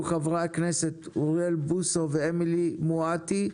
חברי הכנסת אוריאל בוסו ואמילי מואטי,